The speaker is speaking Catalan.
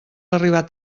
arribar